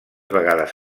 vegades